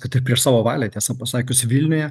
kad ir prieš savo valią tiesą pasakius vilniuje